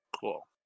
Cool